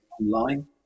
online